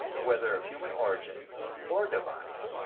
whether of human origin or divine.